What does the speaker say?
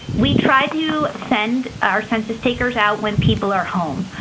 we try to send our census takers out when people are home.